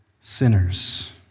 sinners